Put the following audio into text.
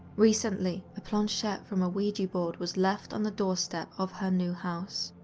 recently, a planchette from a ouija board was left on the doorstep of her new house.